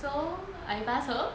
so I pass her or